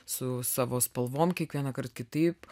su savo spalvom kiekvienąkart kitaip